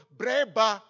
breba